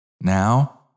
Now